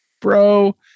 bro